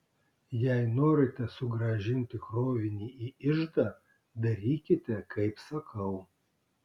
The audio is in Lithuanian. jei norite sugrąžinti krovinį į iždą darykite kaip sakau